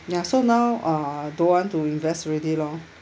ya so now uh don't want to invest already lor